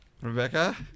Rebecca